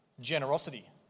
Generosity